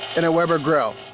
in a weber grill?